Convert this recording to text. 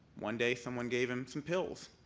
one day someone gave him some pills.